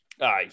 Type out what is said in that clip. Aye